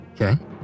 Okay